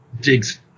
digs